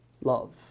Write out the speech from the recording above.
love